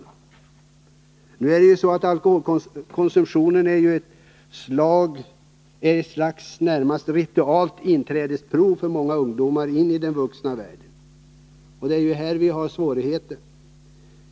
Nu innebär ju konsumtion av alkohol för många ungdomar ett slags rituellt inträdesprov till de vuxnas värld. Det är här vi möter svårigheter.